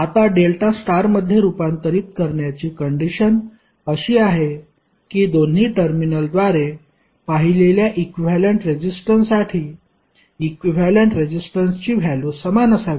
आता डेल्टा स्टारमध्ये रूपांतरित करण्याची कंडिशन अशी आहे की दोन्ही टर्मिनलद्वारे पाहिलेल्या इक्विव्हॅलेंट रेजिस्टन्ससाठी इक्विव्हॅलेंट रेजिस्टन्सची व्हॅल्यु समान असावी